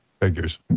Figures